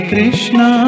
Krishna